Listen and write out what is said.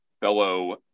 fellow